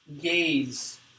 Gaze